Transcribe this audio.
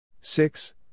Six